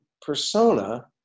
persona